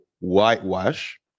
whitewash